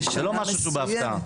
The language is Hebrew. זה לא משהו שהוא בהפתעה.